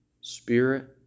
spirit